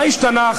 מה השתנה,